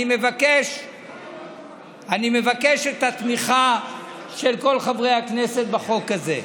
אני מבקש את התמיכה של כל חברי הכנסת בחוק הזה.